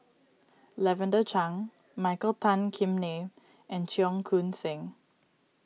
Lavender Chang Michael Tan Kim Nei and Cheong Koon Seng